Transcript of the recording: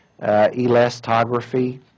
elastography